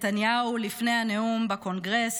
לנתניהו לפני הנאום בקונגרס.